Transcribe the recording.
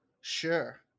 Sure